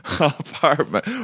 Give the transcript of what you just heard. apartment